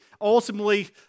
ultimately